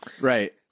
Right